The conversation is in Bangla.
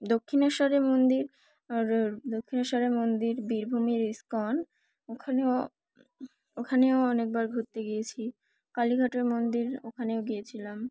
দক্ষিণেশ্বরে মন্দির দক্ষিণেশ্বরের মন্দির বীরভূমের ইস্কন ওখানেও ওখানেও অনেকবার ঘুরতে গিয়েছি কালীঘাটের মন্দির ওখানেও গিয়েছিলাম